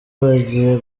bagiye